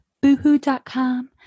boohoo.com